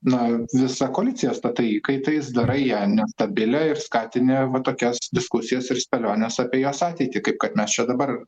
na visą koaliciją statai įkaitais darai ją nestabilią ir skatini va tokias diskusijas ir spėliones apie jos ateitį kaip kad mes čia dabar